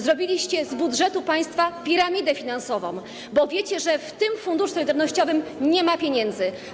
Zrobiliście z budżetu państwa piramidę finansową, bo wiecie, że w tym Funduszu Solidarnościowym nie ma pieniędzy.